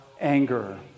anger